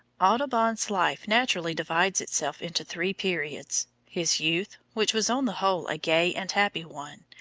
audubon's life naturally divides itself into three periods his youth, which was on the whole a gay and happy one,